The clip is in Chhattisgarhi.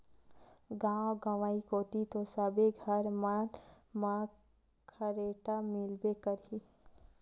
गाँव गंवई कोती तो सबे घर मन म खरेटा मिलबे करही